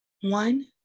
One